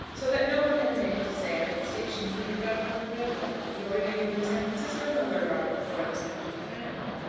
so that no one had been able to say at what station he had got upon the railway. nor did any one in san francisco know where robert lefroy was now to be found.